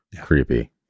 Creepy